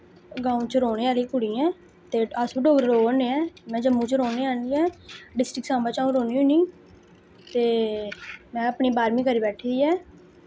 गाओं च रोह्ने आह्ली कुड़ी ऐं ते अस वी डोगरे लोक होन्ने ऐं में जम्मू च रोह्ने आह्ली ऐ डिस्ट्रिक साम्बा च आ'ऊं रोह्नी होन्नी ते में अपनी बारमीं करी बैठी दी ऐ